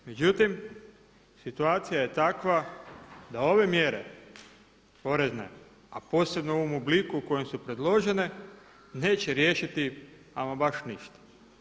Međutim, situacija je takva da ove mjere porezne, a posebno u ovom obliku u kojem su predložene neće riješiti ama baš ništa.